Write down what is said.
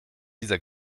dieser